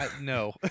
no